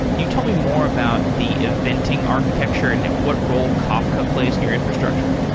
can you tell me more about the eventing architecture and what role kafka plays in your infrastructure?